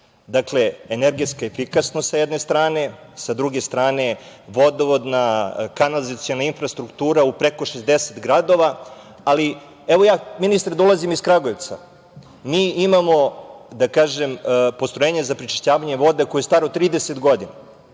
dakle energetska efikasnost sa jedne strane, sa druge strane vodovodna, kanalizaciona infrastruktura u preko 60 gradova, ali evo ja ministre dolazim iz Kragujevca. Mi imamo, da kažem, postrojenje za prečišćavanje vode koje je staro 30 godina.